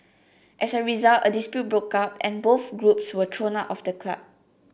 as a result a dispute broke out and both groups were thrown out of the club